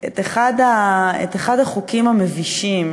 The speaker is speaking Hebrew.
את אחד החוקים המבישים,